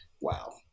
wow